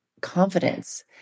confidence